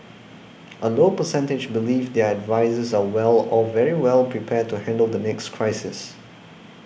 a low percentage believe their advisers are well or very well prepared to handle the next crisis